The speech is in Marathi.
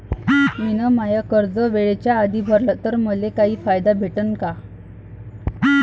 मिन माय कर्ज वेळेच्या आधी भरल तर मले काही फायदा भेटन का?